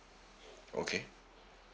okay